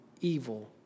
evil